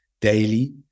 daily